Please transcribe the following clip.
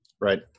Right